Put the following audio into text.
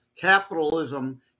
capitalism